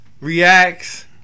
Reacts